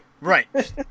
Right